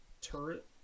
turret